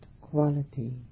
quality